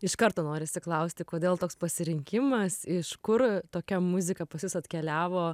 iš karto norisi klausti kodėl toks pasirinkimas iš kur tokia muzika pas jus atkeliavo